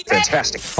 Fantastic